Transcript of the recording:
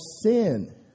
sin